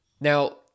Now